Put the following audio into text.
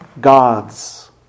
God's